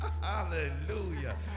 Hallelujah